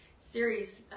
series